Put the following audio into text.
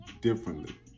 differently